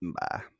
Bye